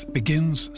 begins